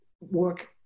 work